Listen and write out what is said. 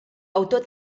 autor